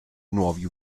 nuovi